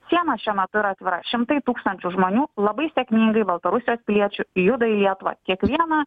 siena šiuo metu yra atvira šimtai tūkstančių žmonių labai sėkmingai baltarusijos piliečių juda į lietuvą kiekvieną